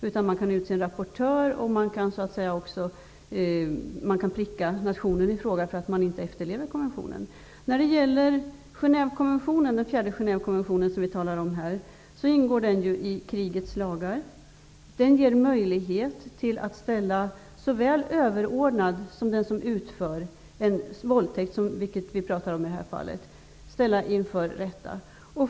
Man kan utse en rapportör och pricka nationen i fråga för att konventionen inte efterlevs. Den fjärde Genèvekonventionen som vi talar om här ingår i krigets lagar. Den ger möjlighet att ställa såväl överordnad som den som utför våldtäkt, vilket vi pratar om i det här fallet, inför rätta.